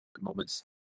moments